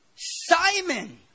Simon